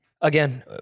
Again